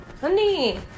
Honey